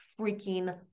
freaking